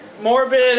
Morbid